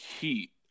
heat